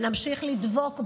נמשיך לדבוק בה,